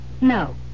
No